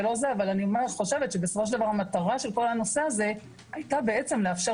אבל אני חושבת שבסופו של דבר המטרה של כל הנושא הזה הייתה בעצם לאפשר